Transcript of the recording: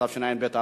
התשע"ב 2012,